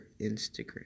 Instagram